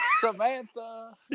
Samantha